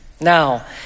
Now